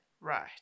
Right